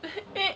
eh